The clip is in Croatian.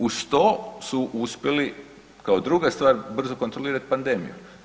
Uz to su uspjeli kao druga stvar, brzo kontrolirati pandemiju.